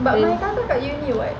but my kakak kat uni [what]